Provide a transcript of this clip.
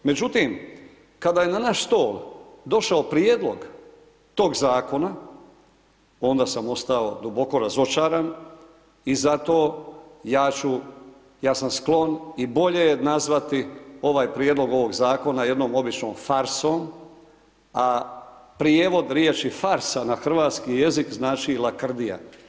Međutim, kada je na naš stol došao prijedlog tog zakona, onda sam ostao duboko razočaran i zato ja sam sklon i bolje je nazvati ovaj prijedlog ovog zakona jednom običnom farsom a prijevod riječi farsa na hrvatski jezik znači lakrdija.